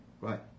Right